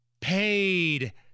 paid